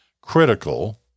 critical